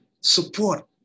support